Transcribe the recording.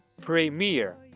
Premier